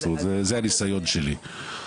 זה הניסיון שלי.